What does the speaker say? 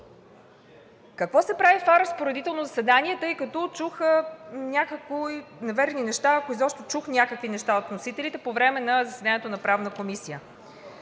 Какво се прави в това разпоредително заседание, тъй като чух някои неверни неща, ако изобщо чух някакви неща от вносителите по време на заседанието на Правната комисия.